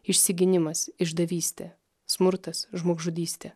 išsigynimas išdavystė smurtas žmogžudystė